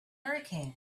hurricanes